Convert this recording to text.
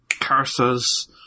Curses